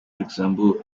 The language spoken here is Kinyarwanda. luxembourg